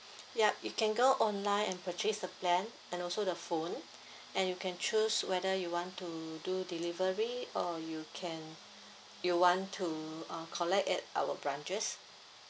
yup you can go online and purchase the plan and also the phone and you can choose whether you want to do delivery or you can you want to uh collect at our branches